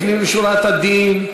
לפנים משורת הדין,